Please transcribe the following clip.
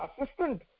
assistant